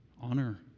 Honor